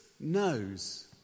knows